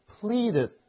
pleaded